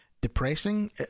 depressing